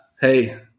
hey